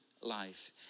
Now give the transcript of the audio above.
life